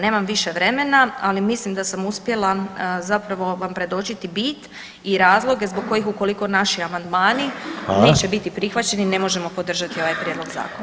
Nemam više vremena, ali mislim da sam uspjela zapravo vam predočiti bit i razloge zbog kojih ukoliko naši amandmani neće biti prihvaćeni ne možemo podržati ovaj prijedlog zakona.